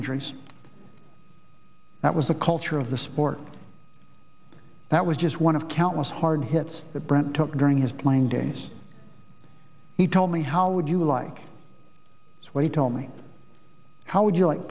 injuries that was the culture of the sport that was just one of countless hard hits that brant took during his playing days he told me how would you like what he told me how would you like